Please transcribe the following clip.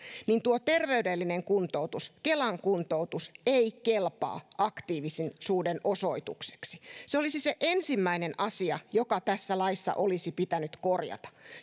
niin tuo terveydellinen kuntoutus kelan kuntoutus ei kelpaa aktiivisuuden osoitukseksi se on se ensimmäinen asia joka tässä laissa olisi pitänyt korjata